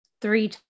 three